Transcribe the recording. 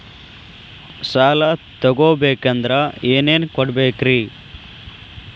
ಸಾಲ ತೊಗೋಬೇಕಂದ್ರ ಏನೇನ್ ಕೊಡಬೇಕ್ರಿ?